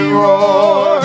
roar